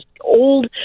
old